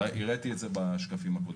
הראיתי בשקפים הקודמים.